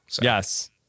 Yes